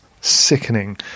sickening